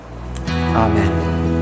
Amen